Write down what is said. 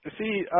See